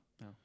No